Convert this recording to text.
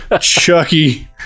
Chucky